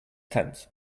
tent